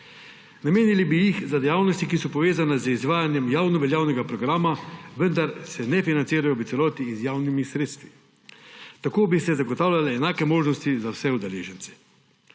Namenili bi jih za dejavnosti, ki so povezane z izvajanjem javnoveljavnega programa, vendar se ne financirajo v celoti iz javnih sredstev. Tako bi se zagotavljale enake možnosti za vse udeležence.